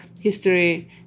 history